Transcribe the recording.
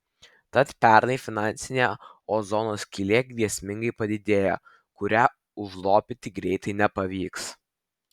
tad pernai finansinė ozono skylė grėsmingai padidėjo kurią užlopyti greitai nepavyks